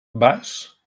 vas